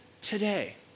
today